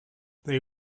they